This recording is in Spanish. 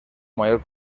mayor